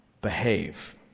behave